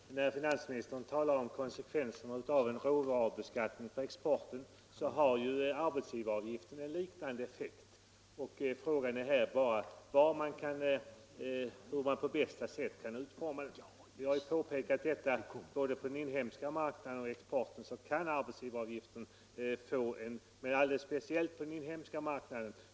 Herr talman! Finansministern talar om konsekvensen av en råvarubeskattning när det gäller exporten, men arbetsgivaravgiften har ju en liknande effekt. Vi har pekat på att arbetsgivaravgiften har en sådan utformning att den drabbar hårt inom vissa näringsgrenar — och det gäller både på exportmarknaden och, alldeles speciellt, på den inhemska marknaden.